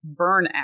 burnout